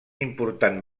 important